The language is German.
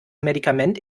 medikament